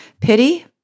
Pity